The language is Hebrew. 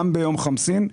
גם ביום חמסין,